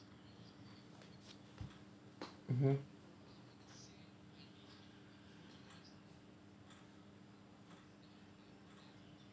mmhmm